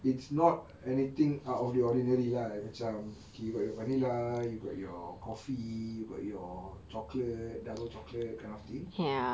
it's not anything out of the ordinary lah macam K you got your vanilla you got your coffee or your chocolate double chocolate kind of thing